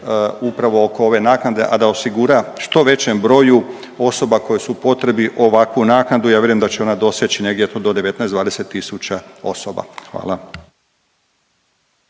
upravo oko ove naknade a da osigura što većem broju osoba koje su u potrebi ovakvu naknadu. Ja vjerujem da će ona doseći negdje do 19, 20000 osoba. Hvala.